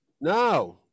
No